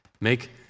Make